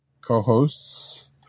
co-hosts